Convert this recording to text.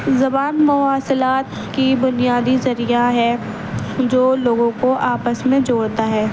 زبان مواصلات کی بنیادی ذریعہ ہے جو لوگوں کو آپس میں جوڑتا ہے